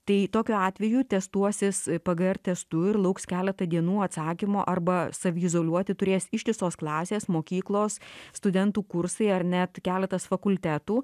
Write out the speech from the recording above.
tai tokiu atveju testuosis pgr testu ir lauks keletą dienų atsakymo arba save izoliuoti turės ištisos klasės mokyklos studentų kursai ar net keletas fakultetų